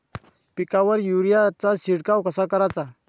पिकावर युरीया चा शिडकाव कसा कराचा?